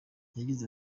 yagize